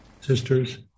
Sisters